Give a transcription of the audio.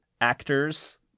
actors